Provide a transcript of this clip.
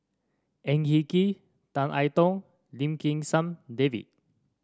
Ang Hin Kee Tan I Tong and Lim Kim San David